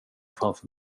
framför